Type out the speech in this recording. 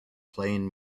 playing